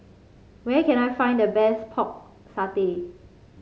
where can I find the best Pork Satay